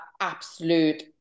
absolute